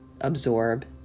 absorb